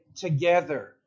together